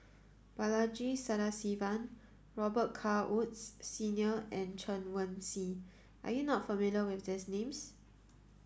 Balaji Sadasivan Robet Carr Woods Senior and Chen Wen Hsi are you not familiar with these names